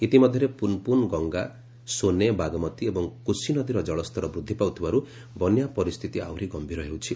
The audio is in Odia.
ଇତିମଧ୍ୟରେ ପୁନପୁନ ଗଙ୍ଗା ସୋନେ ବାଗମତି ଏବଂ କୋଶୀ ନଦୀର ଜଳସ୍ତର ବୃଦ୍ଧି ପାଉଥିବାର ବନ୍ୟା ପରିସ୍ଥିତି ଆହୁରି ଗମ୍ଭୀର ହେଉଛି